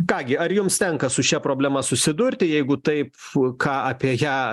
ką gi ar jums tenka su šia problema susidurti jeigu taip ką apie ją